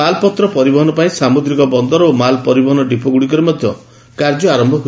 ମାଲ୍ ପତ୍ର ପରିବହନ ପାଇଁ ସାମୁଦ୍ରିକ ବନ୍ଦର ଓ ମାଲ ପରିବହନ ଡିପୋଗୁଡ଼ିକରେ ମଧ୍ୟ କାର୍ଯ୍ୟ ଆରମ୍ଭ ହେବ